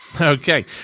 Okay